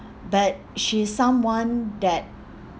but she's someone that